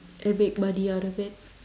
and make money out of it